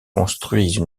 construisent